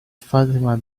fatima